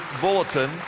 bulletin